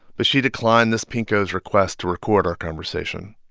but she declined this pinko's request to record our conversation.